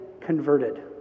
converted